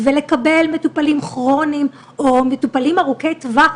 ולקבל מטופלים כרוניים או מטופלים ארוכי טווח,